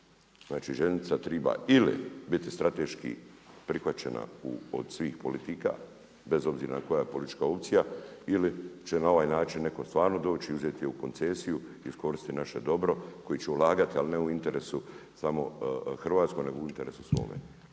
Znači željeznica treba ili biti strateški prihvaćena od svih politika bez obzira koja je politička opcija ili će na ovaj način neko stvarno doći uzeti je u koncesiju i iskoristiti naše dobre, koji će ulagati, ali ne u interesu hrvatskom nego u interesu svome.